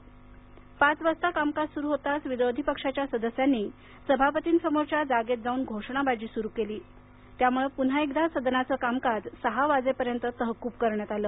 त्यानंतर पुन्हा पाच वाजता कामकाज सुरू होताच विरोधी पक्षाच्या सदस्यांनी सभापतीं समोरच्या जागेत जाऊन घोषणाबाजी सुरू केली त्यामुळं पुन्हा सदनाचं कामकाज सहा वाजेपर्यंत तहकूब करण्यात आलं